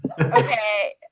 Okay